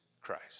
Christ